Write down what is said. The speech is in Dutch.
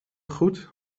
goed